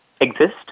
exist